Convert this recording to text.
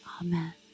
Amen